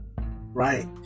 right